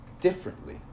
differently